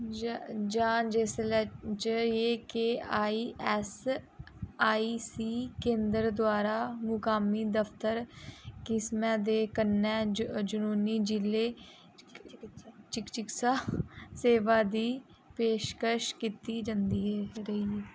जां जिसलै जे के ईऐस्सआईसी केंद्र द्वारा मुकामी दफ्तर किस्मै दे कन्नै यूनानी जिले चिकित्सा सेवा दी पेशकश कीती जंदी ऐ